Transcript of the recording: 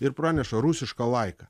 ir praneša rusiška laika